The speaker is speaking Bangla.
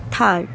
থার